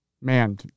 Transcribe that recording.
man